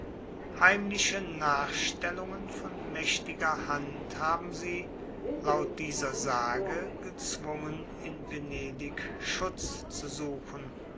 heimliche nachstellungen von mächtiger hand haben sie laut dieser sage gezwungen in venedig schutz zu suchen